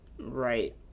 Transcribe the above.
Right